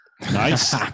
Nice